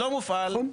לא מופעל.